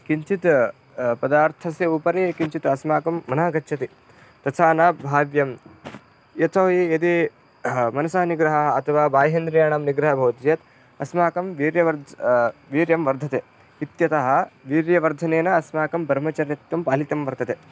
किञ्चित् पदार्थस्य उपरि किञ्चित् अस्माकं मनः गच्छति तथा न भाव्यं यतो हि यदि मनसः निग्रहः अथवा बाह्येन्द्रियाणां निग्रह भवति चेत् अस्माकं वीर्यं वर्धते वीर्यं वर्धते इत्यतः वीर्यवर्धनेन अस्माकं ब्रह्मचारित्वं पालितं वर्तते